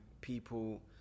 people